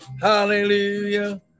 Hallelujah